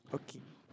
okay